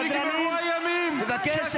-- אנחנו נגיד את מה שיש לנו, על אפכם ועל חמתכם.